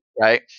right